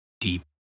deep